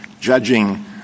judging